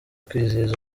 kwizihiza